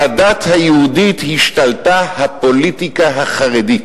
על הדת היהודית השתלטה הפוליטיקה החרדית,